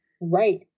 Right